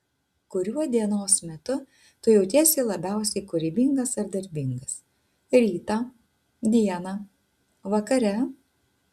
kuriuo dienos metu tu jautiesi labiausiai kūrybingas ar darbingas rytą dieną vakare